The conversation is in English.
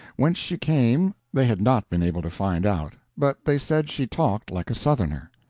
whence she came they had not been able to find out, but they said she talked like a southerner.